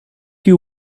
you